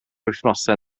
wythnosau